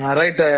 right